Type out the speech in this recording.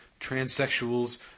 transsexuals